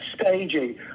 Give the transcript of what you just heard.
staging